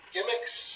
Gimmicks